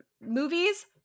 movies